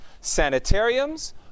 sanitariums